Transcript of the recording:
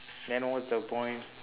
then what's the point